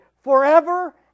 forever